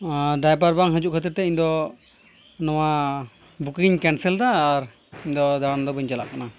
driver ᱵᱟᱝ ᱦᱤᱡᱩᱜ ᱠᱷᱟᱹᱛᱤᱨᱛᱮ ᱤᱧᱫᱚ ᱱᱚᱣᱟ ᱵᱩᱠᱤᱝ ᱤᱧ ᱠᱮᱱᱥᱮᱞᱫᱟ ᱟᱨ ᱤᱧᱫᱚ ᱫᱟᱬᱟᱱᱫᱚ ᱵᱟᱹᱧ ᱪᱟᱞᱟᱜ ᱠᱟᱱᱟ